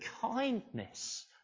kindness